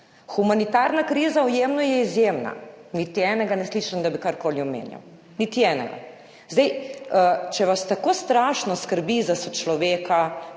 Humanitarna kriza v Jemnu je izjemna. Niti enega ne slišim, da bi karkoli omenjal. Niti enega. Zdaj, če vas tako strašno skrbi za sočloveka,